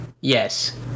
yes